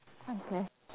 okay